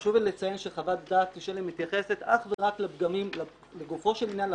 חשוב לי לציין שחוות הדעת שלי מתייחסת אך ורק לגופו של עניין,